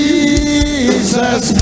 Jesus